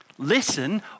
Listen